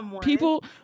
People